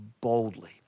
boldly